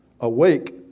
awake